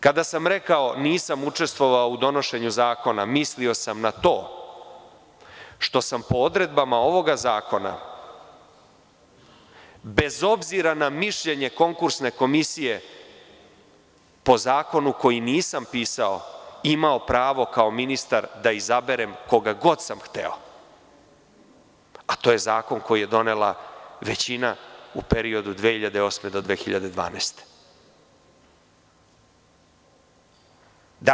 Kada sam rekao – nisam učestvovao u donošenju zakona, mislio sam na to što sam po odredbama ovoga zakona, bez obzira na mišljenje konkursne komisije, po zakonu koji nisam pisao, imao pravo kao ministar da izaberem koga god sam hteo, a to je zakon koji je donela većina u periodu 2008. do 2012. godine.